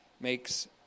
makes